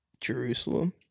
Jerusalem